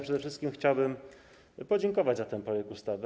Przede wszystkim chciałbym podziękować za ten projekt ustawy.